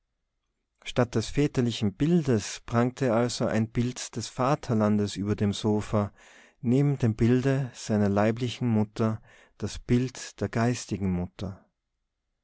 statt des väterlichen bildes prangte also ein bild des vaterlandes über dem sofa neben dem bilde seiner leiblichen mutter das bild der geistigen mutter